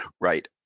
right